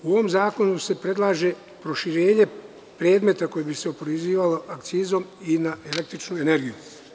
Ovim zakonom se predlaže proširenje predmeta koji bi se oporezivao akcizom i na električnu energiju.